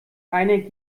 einer